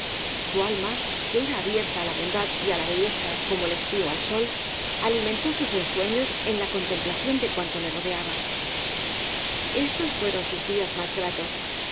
su alma que era abierta á la bondad y á la belleza como el estío al sol alimentó sus ensueños en la contemplación de cuanto le rodeaba éstos fueron sus días más gratos